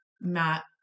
Matt